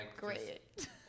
Great